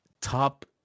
top